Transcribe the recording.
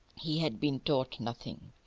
he had been taught nothing.